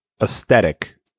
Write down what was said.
aesthetic